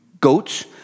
goats